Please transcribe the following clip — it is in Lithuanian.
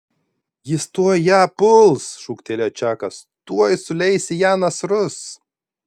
jis tuoj ją puls šūktelėjo čakas tuoj suleis į ją nasrus